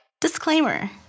Disclaimer